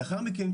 לאחר מכן,